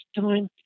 time